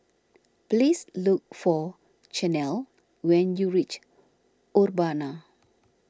please look for Chanelle when you reach Urbana